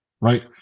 right